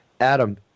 Adam